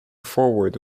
forward